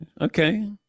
Okay